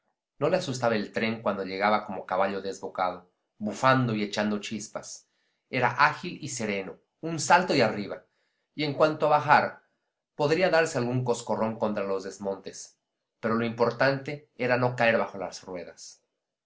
no le asustaba el tren cuando llegaba como caballo desbocado bufando y echando chispas era ágil y sereno un salto y arriba y en cuanto a bajar podría darse algún coscorrón contra los desmontes pero lo importante era no caer bajo las ruedas